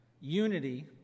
unity